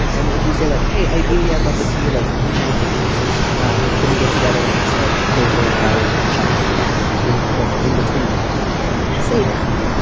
and if you say like hey ideally i'd love to see you like three nights a week um can we get together next like thursday and friday and we can check in again in like in between now and then say that